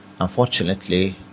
Unfortunately